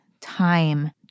time